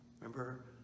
remember